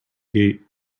gate